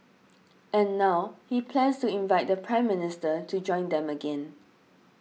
and now he plans to invite the Prime Minister to join them again